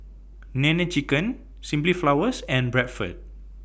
Nene Chicken Simply Flowers and Bradford